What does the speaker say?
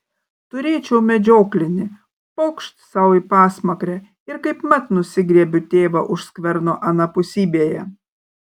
turėčiau medžioklinį pokšt sau į pasmakrę ir kaipmat nusigriebiu tėvą už skverno anapusybėje